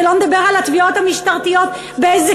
שלא לדבר על התביעות המשטרתיות ובאיזו